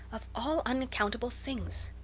of all unaccountable things!